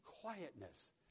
quietness